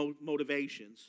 motivations